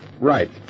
right